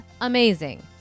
amazing